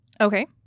Okay